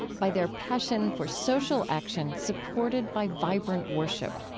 by their passion for social action supported by vibrant worship.